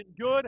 good